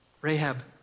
Rahab